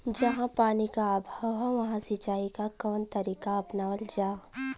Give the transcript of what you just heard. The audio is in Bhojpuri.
जहाँ पानी क अभाव ह वहां सिंचाई क कवन तरीका अपनावल जा?